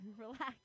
relax